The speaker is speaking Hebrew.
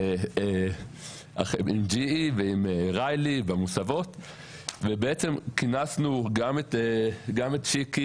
GE ועם --- ובעצם כינסנו גם את שיקי